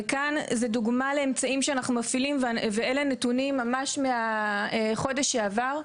כאן זה דוגמא לאמצעים שאנחנו מפעילים ואלה נתונים ממש מהחודש שעבר,